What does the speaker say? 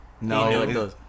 No